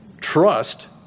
trust